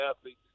athletes